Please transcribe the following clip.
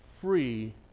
free